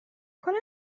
کلا